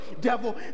devil